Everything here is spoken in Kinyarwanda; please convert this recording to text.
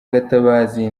gatabazi